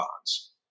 bonds